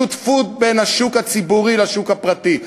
שותפות בין השוק הציבורי לשוק הפרטי,